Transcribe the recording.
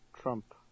Trump